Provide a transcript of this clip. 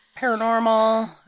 paranormal